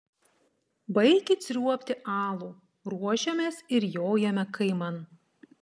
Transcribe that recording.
baikit sriuobti alų ruošiamės ir jojame kaiman